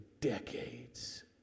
decades